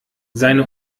seine